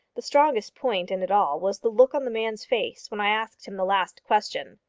the strongest point in it all was the look on the man's face when i asked him the last question.